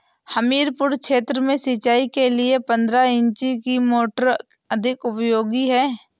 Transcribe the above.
हमीरपुर क्षेत्र में सिंचाई के लिए पंद्रह इंची की मोटर अधिक उपयोगी है?